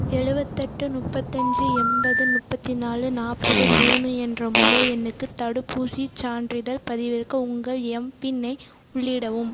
எலுபத்தெட்டு முப்பத்தஞ்சு எண்பது முப்பத்து நாலு நாற்பது மூணு என்ற மொபைல் எண்ணுக்கு தடுப்பூசிச்சான்றிதழ் பதிவிறக்க உங்கள் எம்பின்னை உள்ளிடவும்